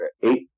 eight